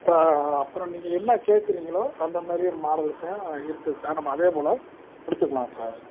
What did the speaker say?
இப்போ அப்பறம் நீங்கள் என்ன கேட்குறீங்களோ அந்த மாதிரியே மாடல்ஸுலாம் இருக்குது சார் நம்ம அதே போல் கொடுத்துக்கலாம் சார்